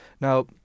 Now